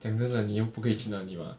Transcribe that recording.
讲真的你又不可以去哪里 mah